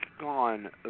gone